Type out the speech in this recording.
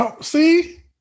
See